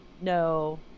No